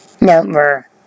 number